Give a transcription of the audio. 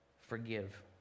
Forgive